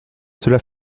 cela